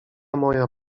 moja